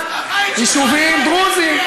תתנצל על זה שלקחת את הכסף ונתת לחברים שלך.